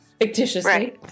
fictitiously